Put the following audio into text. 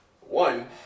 one